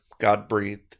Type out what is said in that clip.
God-breathed